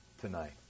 tonight